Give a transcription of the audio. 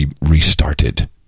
restarted